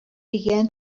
began